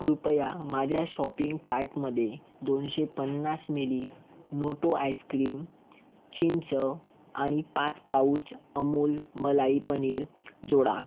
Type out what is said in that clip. कृपया माझ्या शॉपिंग कार्टमध्ये दोनशे पन्नास मिली नोटो आइस्क्रीम चिंच आणि पाच पाउच अमूल मलाई पनीर जोडा